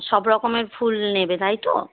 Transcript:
সব রকমের ফুল নেবে তাই তো